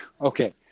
Okay